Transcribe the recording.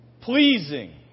pleasing